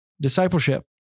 discipleship